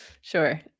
Sure